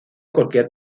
cualquier